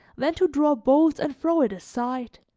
then to draw bolts and throw it aside,